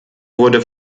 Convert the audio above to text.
wurde